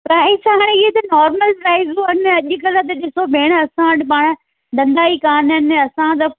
price हाणे त ईअ त नॉर्मल प्राइजू आहिनि न अॼुकल्ह त ॾिसो भेण असां वटि पाण बंदा ई कोन्ह आहिनि असां त